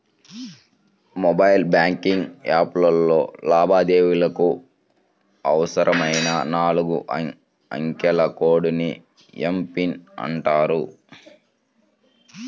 mobile banking యాప్లో లావాదేవీలకు అవసరమైన నాలుగు అంకెల కోడ్ ని ఎమ్.పిన్ అంటారు